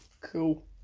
Cool